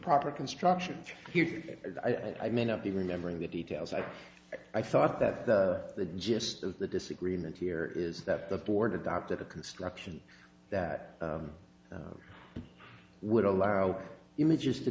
proper construction here i may not be remembering the details i thought that there the gist of the disagreement here is that the board adopted a construction that would allow images to